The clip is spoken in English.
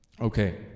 Okay